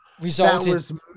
resulted